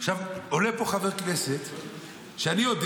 עולה פה חבר כנסת שאני יודע